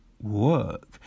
work